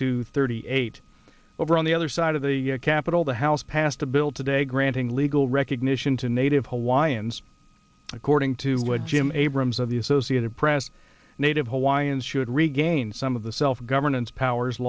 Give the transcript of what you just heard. to thirty eight over on the other side of the capitol the house passed a bill today granting legal recognition to native hawaiians according to wood jim abrams of the associated press native hawaiians should regain some of the self governance powers